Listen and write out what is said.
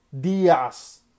Diaz